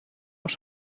auch